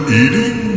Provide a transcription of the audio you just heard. eating